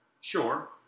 Sure